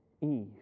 Eve